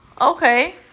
Okay